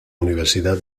universidad